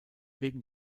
wegen